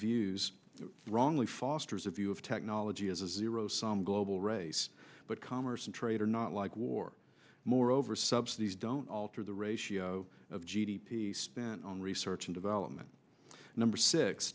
views wrongly fosters a view of technology as a zero sum global race but commerce and trade are not like war moreover subsidies don't alter the ratio of g d p spent on research and development number six